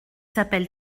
s’appelle